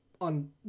on